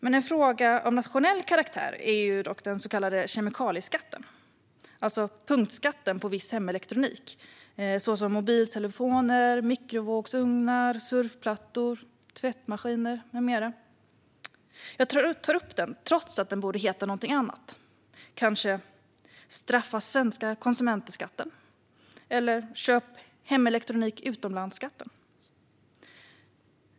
En fråga av nationell karaktär är dock den så kallade kemikalieskatten, alltså punktskatten på viss hemelektronik såsom mobiltelefoner, mikrovågsugnar, surfplattor, tvättmaskiner med mera. Egentligen borde den heta något annat, kanske straffa-svenska-konsumenter-skatten eller köp-hemelektronik-utomlands-skatten.